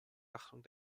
achtung